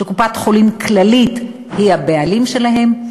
שקופת-חולים כללית היא הבעלים שלהם,